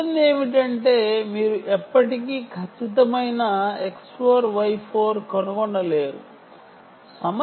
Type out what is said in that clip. సమస్య ఏమిటంటే మీరు ఎప్పటికీ ఖచ్చితమైన X4 Y4 కనుగొనలేరు